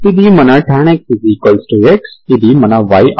ఇది మన tan x x ఇది మన y అవుతుంది